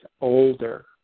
older